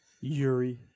Yuri